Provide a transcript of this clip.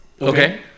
Okay